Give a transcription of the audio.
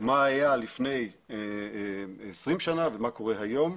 מה היה לפני 20 שנה ומה קורה היום,